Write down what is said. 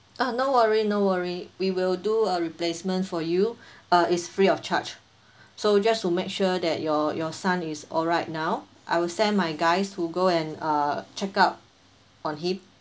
uh no worry no worry we will do a replacement for you uh is free of charge so just to make sure that your your son is alright now I will send my guys to go and uh check out on him